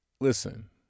listen